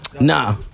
Nah